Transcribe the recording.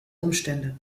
umstände